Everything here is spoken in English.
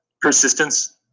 persistence